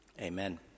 Amen